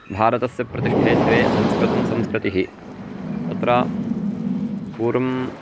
भारतस्य प्रतिष्ठे द्वे संस्कृतं संस्कृतिः तत्र पूर्वं